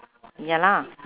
ya lah